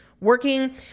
working